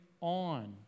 on